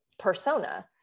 persona